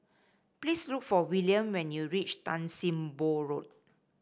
please look for Wiliam when you reach Tan Sim Boh Road